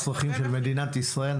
מה הצרכים של מדינת ישראל,